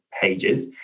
pages